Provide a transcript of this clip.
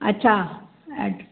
अच्छा एड